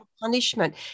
punishment